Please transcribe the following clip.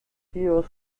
scius